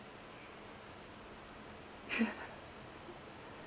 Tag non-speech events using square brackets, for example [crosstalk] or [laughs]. [laughs]